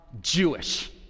Jewish